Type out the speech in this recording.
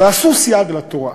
ועשו סייג לתורה: